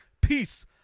Peace